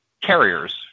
carriers